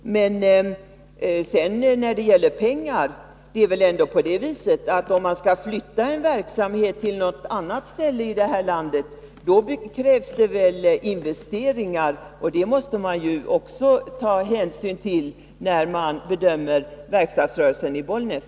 Men när det sedan gäller pengar är det ändå så, att om man skall flytta en verksamhet till något annat ställe i detta land så krävs det investeringar, och det måste man också ta hänsyn till när man bedömer verkstadsrörelsen i Bollnäs.